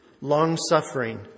long-suffering